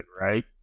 right